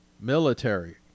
military